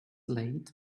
late